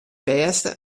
bêste